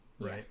Right